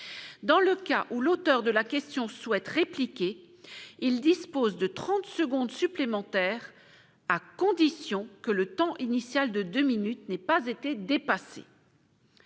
Dans le cas où l'auteur de la question souhaite répliquer, il dispose de trente secondes supplémentaires, à la condition que le temps initial de deux minutes n'ait pas été dépassé.